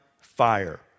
fire